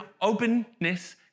Openness